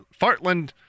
Fartland